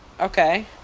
Okay